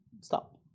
Stop